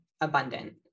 abundant